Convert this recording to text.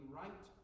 right